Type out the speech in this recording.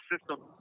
system